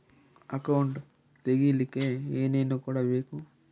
Account ತೆಗಿಲಿಕ್ಕೆ ಏನೇನು ಕೊಡಬೇಕು?